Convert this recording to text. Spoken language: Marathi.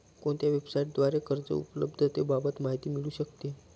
कोणत्या वेबसाईटद्वारे कर्ज उपलब्धतेबाबत माहिती मिळू शकते?